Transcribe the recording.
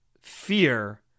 fear